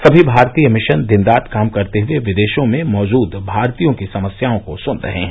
सभी भारतीय मिशन दिन रात काम करते हुए विदेशों में मौजूद भारतीयों की समस्याओं को सुन रहे हैं